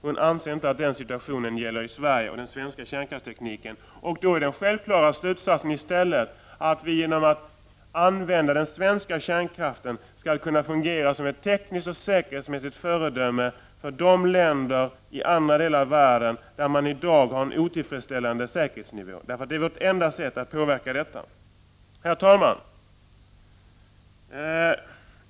Hon anser inte att den situationen gäller i Sverige med den svenska kärnkraftstekniken. Då är den självklara slutsatsen i stället att vi genom att använda den svenska kärnkraften kan låta den fungera som ett tekniskt och säkerhetsmässigt föredöme för de länder i andra delar av världen där man i dag har en otillfredsställande säkerhetsnivå. Det är vårt enda sätt att påverka detta. Herr talman!